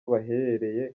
baherereye